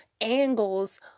angles